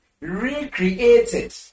recreated